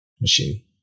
machine